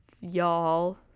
y'all